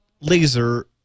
laser